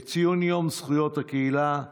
ציון יום זכויות הקהילה הגאה,